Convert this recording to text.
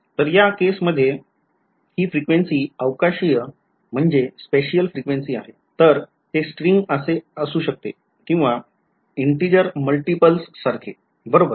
तर या कसेमध्ये हि frequency अवकाशीय frequency आहे तर ते स्ट्रिंग असे असू शकते असे असू शकते किंवा integer multiples सारखे बरोबर